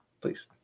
Please